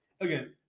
again